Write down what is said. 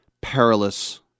perilous